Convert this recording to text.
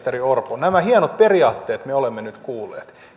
ministeri orpo nämä hienot periaatteet me olemme nyt kuulleet